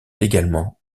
également